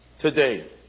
today